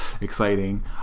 exciting